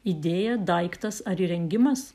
idėja daiktas ar įrengimas